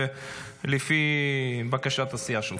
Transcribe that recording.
לפי בקשת הסיעה שלך.